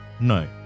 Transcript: no